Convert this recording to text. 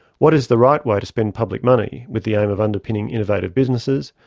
what is the right way to spend public money with the aim of underpinning innovative businesses,